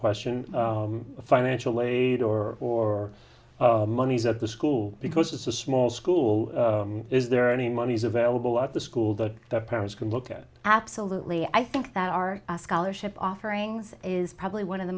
question of financial aid or or monies at the school because it's a small school is there any monies available at the school that the parents can look at absolutely i think that our scholarship offerings is probably one of the